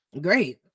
great